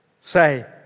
say